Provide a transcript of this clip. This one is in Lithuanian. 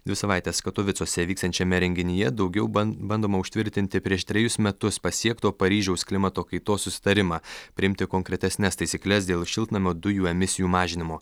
dvi savaites katovicuose vyksiančiame renginyje daugiau ban bandoma užtvirtinti prieš trejus metus pasiekto paryžiaus klimato kaitos susitarimą priimti konkretesnes taisykles dėl šiltnamio dujų emisijų mažinimo